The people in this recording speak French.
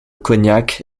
cognac